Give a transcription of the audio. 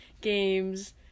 games